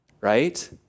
right